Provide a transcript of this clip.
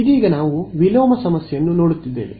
ಇದೀಗ ನಾವು ವಿಲೋಮ ಸಮಸ್ಯೆಯನ್ನು ನೋಡುತ್ತಿದ್ದೇವೆ